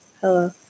Hello